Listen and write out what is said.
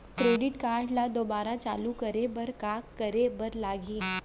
Debit card ला दोबारा चालू करे बर का करे बर लागही?